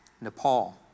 Nepal